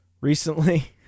recently